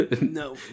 no